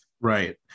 Right